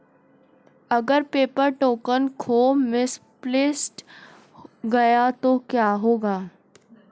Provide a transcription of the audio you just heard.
अगर paper token खो misplaced गया तो क्या होगा?